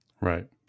Right